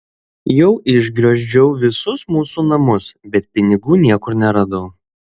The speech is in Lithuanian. jau išgriozdžiau visus mūsų namus bet pinigų niekur neradau